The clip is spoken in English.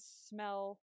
smell